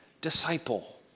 disciple